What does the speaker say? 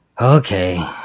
Okay